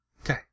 Okay